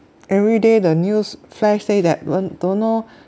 everyday the newsflash say that [one] don't know